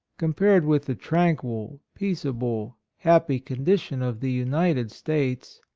compared with the tran quil, peaceable, happy condition of the united states,